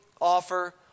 Offer